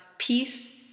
Peace